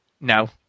No